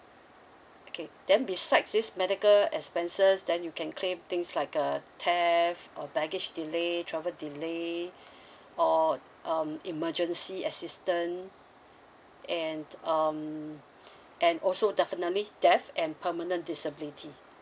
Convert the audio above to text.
okay then besides this medical expenses then you can claim things like uh theft or baggage delay travel delay or um emergency assistant and um and also definitely death and permanent disability